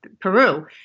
Peru